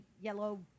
Yellow